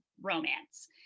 romance